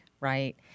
Right